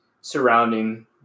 surrounding